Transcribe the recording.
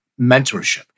mentorship